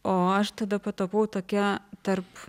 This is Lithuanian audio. o aš tada patapau tokia tarp